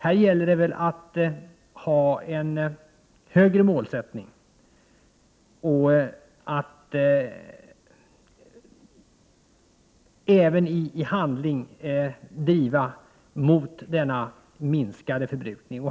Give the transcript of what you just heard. Här gäller det att ha en högre målsättning och att även i handling driva mot denna minskade förbrukning.